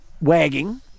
wagging